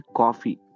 coffee